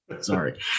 Sorry